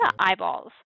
eyeballs